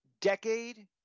decade